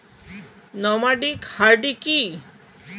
Nomadic herding কি?